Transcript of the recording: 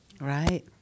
Right